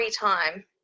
time